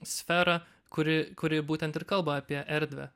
sferą kuri kuri būtent ir kalba apie erdvę